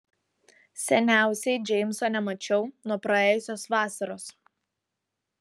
seniausiai džeimso nemačiau nuo praėjusios vasaros